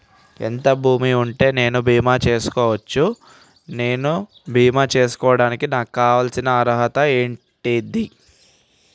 ఎంత భూమి ఉంటే నేను బీమా చేసుకోవచ్చు? నేను బీమా చేసుకోవడానికి నాకు కావాల్సిన అర్హత ఏంటిది?